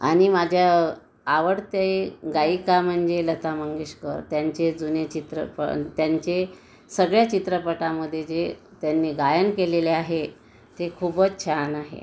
आणि माझ्या आवडते गायिका म्हणजे लता मंगेशकर त्यांचे जुने चित्र पण त्यांचे सगळ्या चित्रपटामध्ये जे त्यांनी गायन केलेले आहे ते खूपच छान आहे